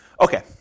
Okay